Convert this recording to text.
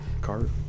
cart